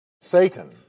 Satan